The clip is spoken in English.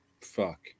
Fuck